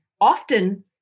often